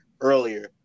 earlier